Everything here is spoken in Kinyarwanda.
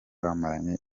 bamaranye